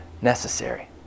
necessary